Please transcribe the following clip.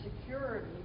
security